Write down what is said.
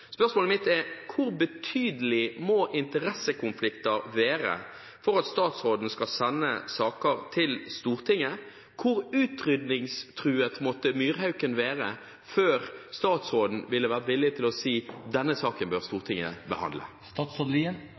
mitt er: Hvor betydelige må interessekonflikter være for at statsråden skal sende saker til Stortinget? Og: Hvor utryddingstruet måtte myrhauken være før statsråden ville vært villig til å si at denne saken bør Stortinget behandle?